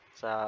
sa